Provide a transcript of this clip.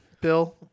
Bill